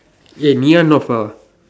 eh Ngee-Ann not far